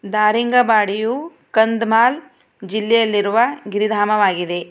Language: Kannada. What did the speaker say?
ದಾರಿಂಗ ಬಾಡಿಯು ಕಂದ್ಮಾಲ್ ಜಿಲ್ಲೆಯಲ್ಲಿರುವ ಗಿರಿಧಾಮವಾಗಿದೆ